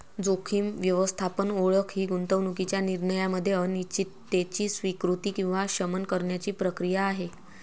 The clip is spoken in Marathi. जोखीम व्यवस्थापन ओळख ही गुंतवणूकीच्या निर्णयामध्ये अनिश्चिततेची स्वीकृती किंवा शमन करण्याची प्रक्रिया आहे